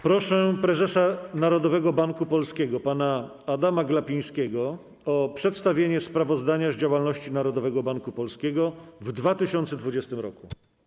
Proszę prezesa Narodowego Banku Polskiego pana Adama Glapińskiego o przedstawienie sprawozdania z działalności Narodowego Banku Polskiego w 2020 r.